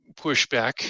pushback